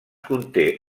conté